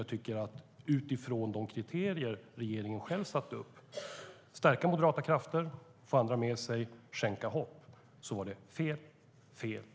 Utifrån de kriterier regeringen själv satte upp om att stärka moderata krafter, få andra med sig och skänka hopp, så var det fel, fel och fel.